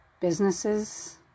businesses